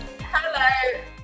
Hello